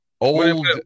old –